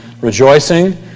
rejoicing